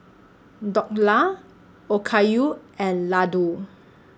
Dhokla Okayu and Ladoo